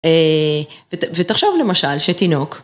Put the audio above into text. ותחשוב למשל, שתינוק.